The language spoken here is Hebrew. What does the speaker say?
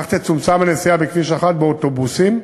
כך תצומצם הנסיעה בכביש 1 באוטובוסים.